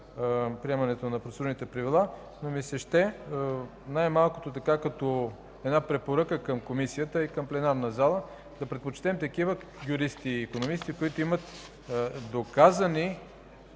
приемането на прослужените правила, но ми се ще най-малкото като една препоръка към Комисията и пленарната зала да предпочетем такива юристи и икономисти, които имат доказани